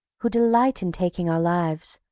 who delight in taking our lives,